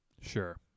sure